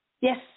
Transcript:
Yes